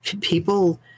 people